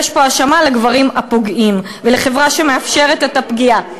יש פה האשמה של הגברים הפוגעים ושל החברה שמאפשרת את הפגיעה.